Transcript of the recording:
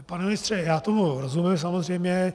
Pane ministře, já tomu rozumím samozřejmě.